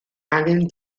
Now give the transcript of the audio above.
angen